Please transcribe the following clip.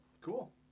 cool